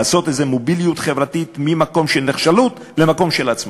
לעשות איזו מוביליות חברתית ממקום של נחשלות למקום של עצמאות.